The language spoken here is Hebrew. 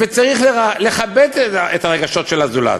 וצריך לכבד את הרגשות של הזולת.